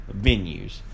venues